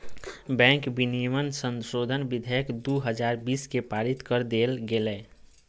bank विनियमन संशोधन विधेयक दू हजार बीस के पारित कर देल गेलय